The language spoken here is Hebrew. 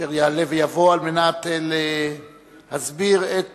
אשר יעלה ויבוא על מנת להסביר את